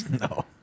No